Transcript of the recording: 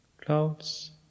Clouds